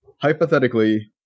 hypothetically